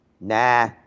Nah